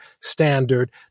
standard